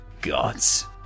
gods